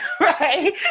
Right